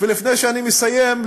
ולפני שאני מסיים,